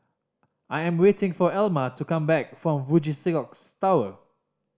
I am waiting for Elma to come back from Fuji Xerox Tower